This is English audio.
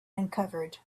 uncovered